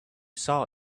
saw